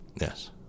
Yes